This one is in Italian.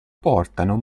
portarono